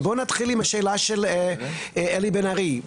אבל בוא נתחיל עם השאלה של אלי בן ארי.